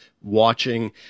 watching